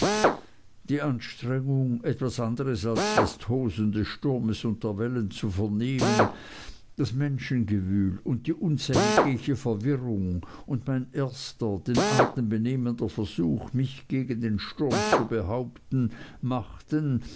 die anstrengung etwas anderes als das tosen des sturmes und der wellen zu vernehmen das menschengewühl und die unsägliche verwirrung und mein erster den atem benehmender versuch mich gegen den sturm zu behaupten machten